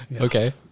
Okay